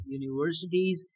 universities